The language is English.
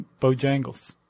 Bojangles